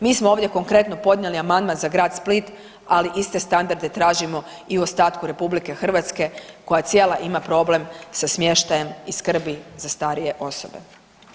Mi smo ovdje konkretno podnijeli amandman za grad Split, ali iste standarde tražimo i u ostatku RH koja cijela ima problem sa smještajem i skrbi za starije osobe.